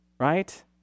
Right